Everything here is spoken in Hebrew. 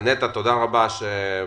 אנחנו מדברים כאן